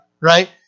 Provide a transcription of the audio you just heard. right